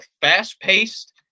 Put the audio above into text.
fast-paced